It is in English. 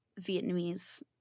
Vietnamese